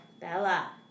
Bella